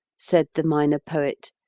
said the minor poet,